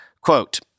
Quote